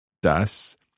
dass